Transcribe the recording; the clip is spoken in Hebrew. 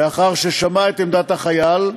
לאחר ששמע את עמדת החייל,